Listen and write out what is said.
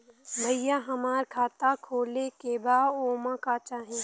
भईया हमार खाता खोले के बा ओमे का चाही?